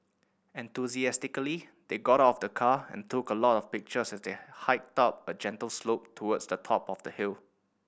enthusiastically they got out of the car and took a lot of pictures as they hiked up a gentle slope towards the top of the hill